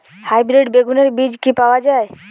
Hybrid বেগুনের বীজ কি পাওয়া য়ায়?